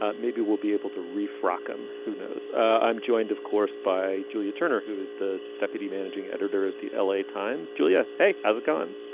ah maybe we'll be able to refract him. who knows. i'm joined of course by julia turner who is the deputy managing editor at the l a. times. julia hey has a gun.